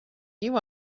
you